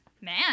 Man